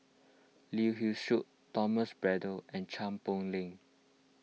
Lee Hee Seng Thomas Braddell and Chua Poh Leng